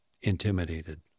intimidated